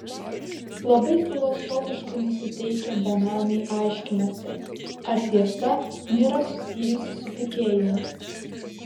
labai filosofiškai nusiteikę benamiai aiškinasi ar tiesa nėra susijusi su tikėjimu